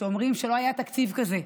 שאומרים שלא היה תקציב כזה,